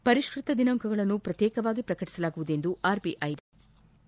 ಪರಿಷ್ಟತ ದಿನಾಂಕಗಳನ್ನು ಪ್ರತ್ಯೇಕವಾಗಿ ಪ್ರಕಟಿಸಲಾಗುವುದು ಎಂದು ಆರ್ಬಿಐ ತಿಳಿಸಿದೆ